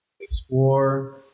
explore